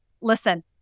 listen